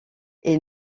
est